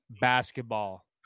basketball